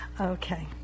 Okay